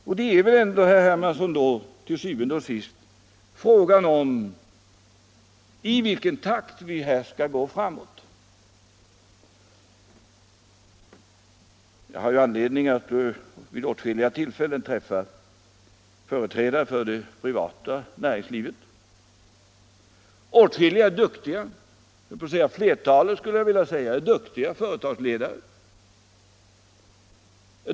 Då är det väl ändå, herr Hermansson, til syvende og sidst fråga om i vilken takt vi här skall gå fram. Jag har anledning att vid åtskilliga tillfällen träffa företrädare för det privata näringslivet. Åtskilliga — jag vill säga flertalet — är duktiga företagsledare.